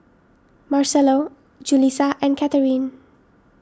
Marcelo Julisa and Katherin